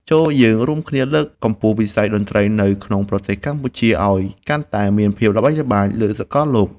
ចូរយើងរួមគ្នាលើកកម្ពស់វិស័យតន្ត្រីនៅក្នុងប្រទេសកម្ពុជាឱ្យកាន់តែមានភាពល្បីល្បាញលើសកលលោក។